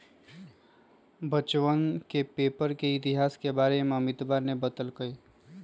बच्चवन के पेपर के इतिहास के बारे में अमितवा ने बतल कई